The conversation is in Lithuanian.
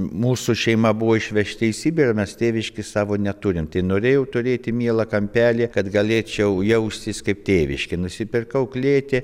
mūsų šeima buvo išvežti į sibirą mes tėviškės savo neturim tai norėjau turėti mielą kampelį kad galėčiau jaustis kaip tėviškėj nusipirkau klėtį